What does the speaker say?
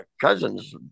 Cousins